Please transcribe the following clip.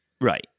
Right